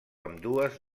ambdues